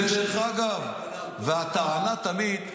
דרך אגב, והטענה תמיד,